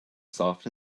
soft